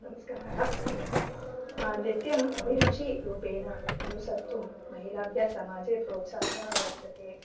नमस्कारः नृत्यम् अभिरुचि रूपेण अनुसर्तुं महिलाभ्यः समाजे प्रोत्साहः वर्तते